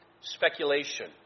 speculation